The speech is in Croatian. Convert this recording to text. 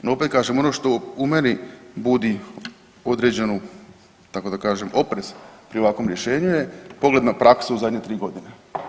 I opet kažem ono što u meni budi određenu tako da kažem oprez pri ovakvom rješenju je pogled na praksu u zadnje 3 godine.